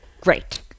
great